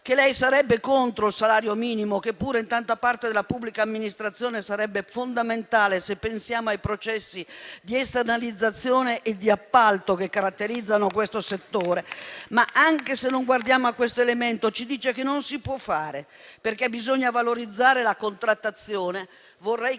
che lei sarebbe contro il salario minimo, che pure in tanta parte della pubblica amministrazione sarebbe fondamentale, se pensiamo ai processi di esternalizzazione e di appalto che caratterizzano questo settore; tuttavia, anche se non guardiamo a questo elemento, ci dice che non si può fare, perché bisogna valorizzare la contrattazione.